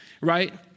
right